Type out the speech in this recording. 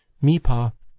me, pa.